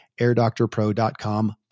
airdoctorpro.com